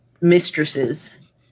mistresses